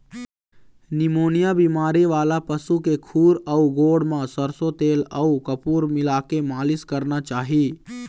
pneumonia बेमारी वाला पशु के खूर अउ गोड़ म सरसो तेल अउ कपूर मिलाके मालिस करना चाही